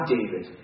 David